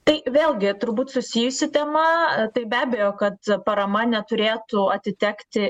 tai vėlgi turbūt susijusi tema tai be abejo kad parama neturėtų atitekti